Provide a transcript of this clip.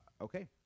Okay